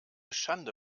schande